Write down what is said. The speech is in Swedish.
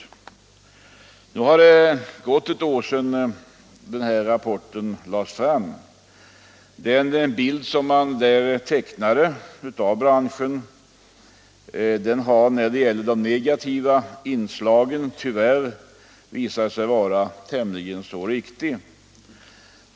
Nu har det gått ett år sedan rapporten lades fram. Den bild som man där tecknade av branschen har när det gäller de negativa inslagen tyvärr visat sig vara tämligen riktig.